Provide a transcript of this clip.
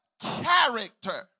Character